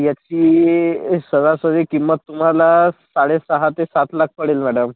याची सरासरी किंमत तुम्हाला साडेसहा ते सात लाख पडेल मॅडम